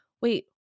wait